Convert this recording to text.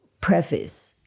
preface